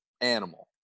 animal